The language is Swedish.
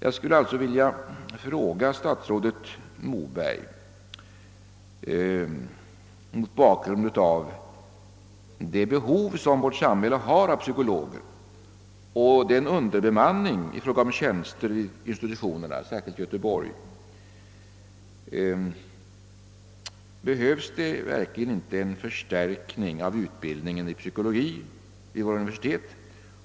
Jag skulle alltså vilja fråga statsrådet Moberg, mot bakgrund av det behov som vårt samhälle har av psykologer och den underbemanning i fråga om tjänster som förekommer vid institutionerna, särskilt i Göteborg: Behövs det verkligen inte en förstärkning av utbildningen i psykologi vid våra universitet